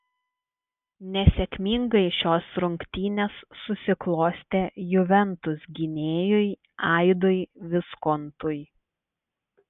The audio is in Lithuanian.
nesėkmingai šios rungtynės susiklostė juventus gynėjui aidui viskontui